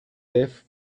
deaf